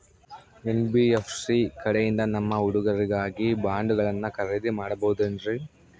NBFC ಕಡೆಯಿಂದ ನಮ್ಮ ಹುಡುಗರಿಗಾಗಿ ಬಾಂಡುಗಳನ್ನ ಖರೇದಿ ಮಾಡಬಹುದೇನ್ರಿ?